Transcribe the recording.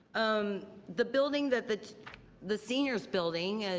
um the building that the the seniors building,